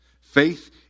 Faith